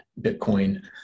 Bitcoin